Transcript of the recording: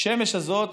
השמש הזאת,